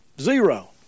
zero